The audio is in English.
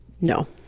No